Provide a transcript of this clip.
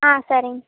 ஆ சரிங்க